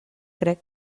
crec